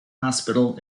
hospital